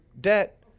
debt